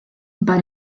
bei